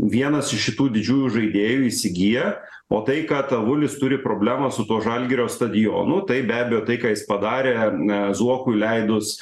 vienas iš šitų didžių žaidėjų įsigyja o tai kad avulis turi problemų su tuo žalgirio stadionu tai be abejo tai ką jis padarė a zuokui leidus